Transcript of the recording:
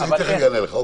אני תיכף אענה לך.